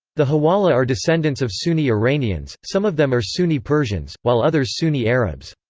the huwala are descendants of sunni iranians some of them are sunni persians, while others sunni arabs.